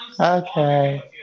Okay